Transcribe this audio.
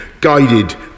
guided